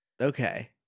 okay